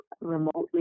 remotely